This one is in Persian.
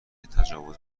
تجاوز